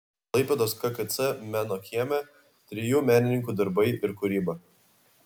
klaipėdos kkc meno kieme trijų menininkų darbai ir kūryba